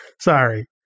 Sorry